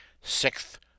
sixth